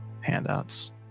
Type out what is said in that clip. handouts